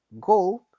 gold